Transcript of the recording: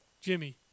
Jimmy